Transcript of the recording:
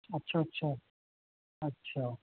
अच्छा अच्छा अच्छा